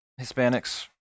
Hispanics